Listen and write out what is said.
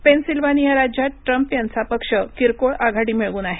Pennsylvania राज्यात Trump यांचा पक्ष किरकोळ आघाडी मिळवून आहे